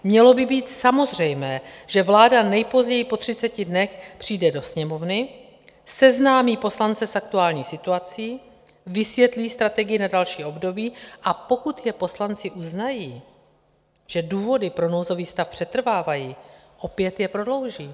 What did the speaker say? Mělo by být samozřejmé, že vláda nejpozději po 30 dnech přijde do Sněmovny, seznámí poslance s aktuální situací, vysvětlí strategii na další období, a pokud poslanci uznají, že důvody pro nouzový stav přetrvávají, opět je prodlouží.